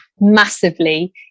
massively